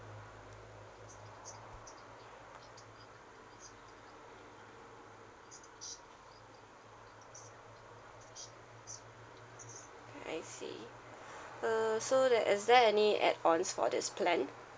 I see uh so that is there any add ons for this plan